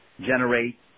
generate